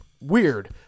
weird